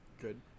Good